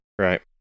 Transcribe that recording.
right